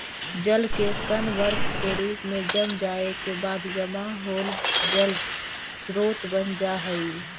जल के कण बर्फ के रूप में जम जाए के बाद जमा होल जल स्रोत बन जा हई